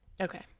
Okay